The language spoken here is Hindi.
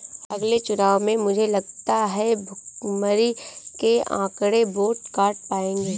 अगले चुनाव में मुझे लगता है भुखमरी के आंकड़े वोट काट पाएंगे